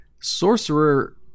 Sorcerer